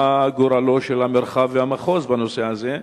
מה גורלו של המרחב והמחוז בנושא הזה.